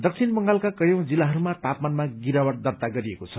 दक्षिण बंगालका कयौं जिल्लाहरूमा तापमानमा गिरावट दर्ता गरिएको छ